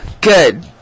Good